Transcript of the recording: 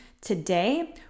today